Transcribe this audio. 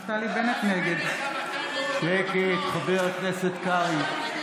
נגד נגד מטפלות, שקט, חבר הכנסת קרעי.